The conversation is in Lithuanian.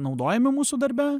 naudojami mūsų darbe